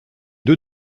deux